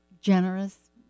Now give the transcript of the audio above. generous